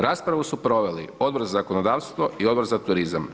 Raspravu su proveli Odbor za zakonodavstvo i Odbor za turizam.